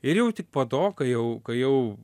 ir jau tik po to ką jau kai jau